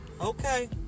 Okay